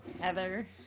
Heather